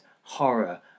horror